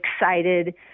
excited